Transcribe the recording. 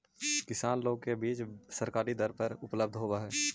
किसान लोग के बीज सरकारी दर पर उपलब्ध होवऽ हई